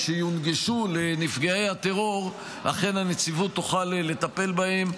שיונגשו לנפגעי הטרור אכן הנציבות תוכל לטפל בהם,